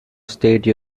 state